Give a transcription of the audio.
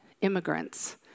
immigrants